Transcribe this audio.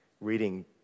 reading